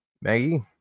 Maggie